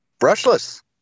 Brushless